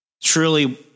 truly